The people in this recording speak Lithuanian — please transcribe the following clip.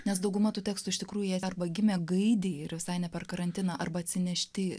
nes dauguma tų tekstų iš tikrųjų arba gimė gaidį ir visai ne per karantiną arba atsinešti